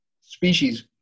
species